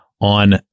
on